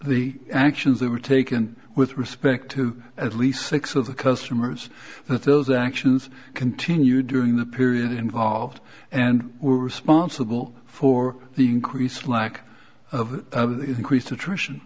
the actions they were taken with respect to at least six of the customers that those actions continued during the period involved and were responsible for the increase lack of increased attrition